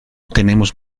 tenemos